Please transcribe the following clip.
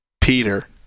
Peter